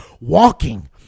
walking